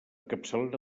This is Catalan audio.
capçalera